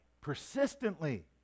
persistently